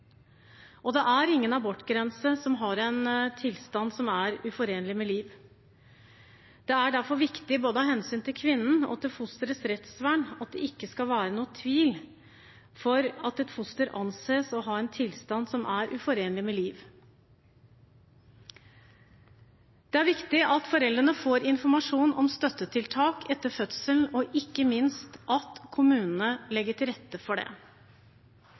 Det er ingen abortgrense for en tilstand som er uforenlig med liv. Det er derfor viktig, både av hensyn til kvinnen og til fosterets rettsvern, at det ikke skal være noen tvil om at et foster anses å ha en tilstand som er uforenlig med liv. Det er viktig at foreldrene får informasjon om støttetiltak etter fødselen, og ikke minst at kommunene legger til rette for det.